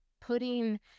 putting